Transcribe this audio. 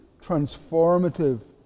transformative